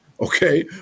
okay